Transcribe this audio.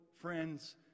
friends